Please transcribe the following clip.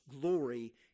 glory